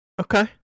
Okay